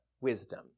wisdom